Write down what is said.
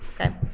Okay